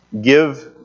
Give